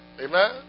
Amen